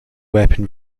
weapon